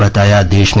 but da ah da